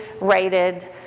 rated